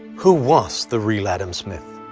who was the real adam smith?